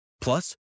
Plus